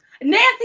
Nancy